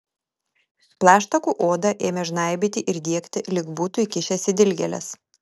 plaštakų odą ėmė žnaibyti ir diegti lyg būtų įkišęs į dilgėles